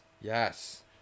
Yes